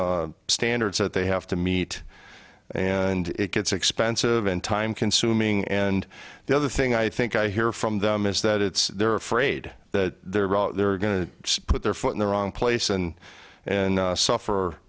silly standards that they have to meet and it gets expensive and time consuming and the other thing i think i hear from them is that it's they're afraid that they're going to put their foot in the wrong place and and suffer